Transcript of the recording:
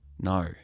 No